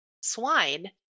swine